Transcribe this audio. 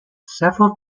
several